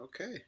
Okay